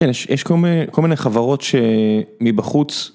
יש כל מיני חברות שמבחוץ.